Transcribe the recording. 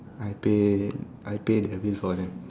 I pay I pay their bill for them